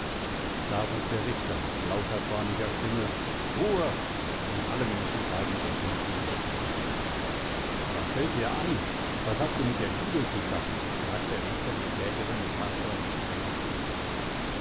da ruft der richter mit lauter zorniger stimme ruhe und alle die menschen bleiben regungslos stehen was fällt dir ein was hast du mit der bibel zu schaffen fragt der richter die klägerin mit harter und strenger stimme